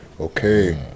Okay